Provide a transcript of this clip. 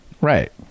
Right